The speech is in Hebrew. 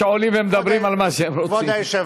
שעולים ומדברים על מה שהם רוצים?